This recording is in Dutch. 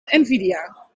nvidia